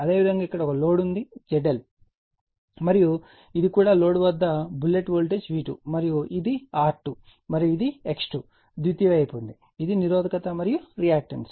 అదేవిధంగా ఇక్కడ ఒక లోడ్ ఉంది ZL లోడ్ ఉంది మరియు ఇది కూడా లోడ్ వద్ద బుల్లెట్ వోల్టేజ్ V2 మరియు ఈ R2 మరియు X2 ఇది ద్వితీయ వైపు ఉంది ఇది నిరోధకత మరియు రియాక్టన్స్